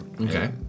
Okay